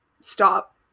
stop